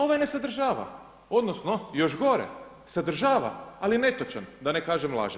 Ovaj ne sadržava odnosno još gore sadržava, ali netočan, da ne kažem lažan.